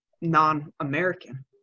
non-American